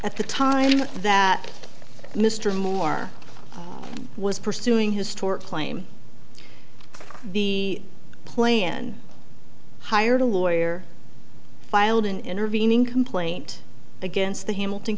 at the time that mr moore was pursuing his store claim the play and hired a lawyer filed an intervening complaint against the hamilton